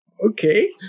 Okay